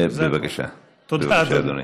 בבקשה, אדוני.